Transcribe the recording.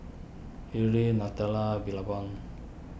Yuri Nutella Billabong